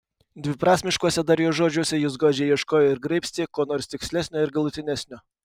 dviprasmiškuose dar jo žodžiuose jis godžiai ieškojo ir graibstė ko nors tikslesnio ir galutinesnio